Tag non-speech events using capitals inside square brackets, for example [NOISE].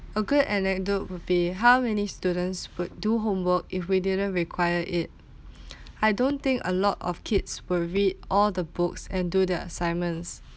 a good anecdote would be how many students would do homework if we didn't require it [BREATH] [NOISE] I don't think a lot of kids will read all the books and do their assignments